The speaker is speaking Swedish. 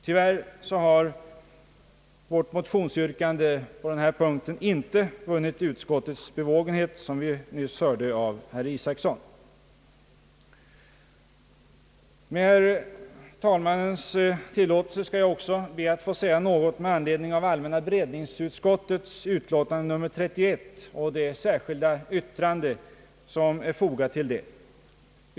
Tyvärr har vårt motionsyrkande på denna punkt inte vunnit utskottets bevågenhet — som vi nyss hörde av herr Isacson. Med herr talmannens tillåtelse skall jag också be att få anföra något med anledning av allmänna beredningsutskottets utlåtande nr 31 och det särskilda yttrande som är fogat till det.